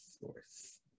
source